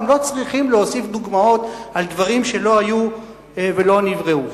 אתם לא צריכים להוסיף דוגמאות על דברים שלא היו ולא נבראו.